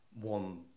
one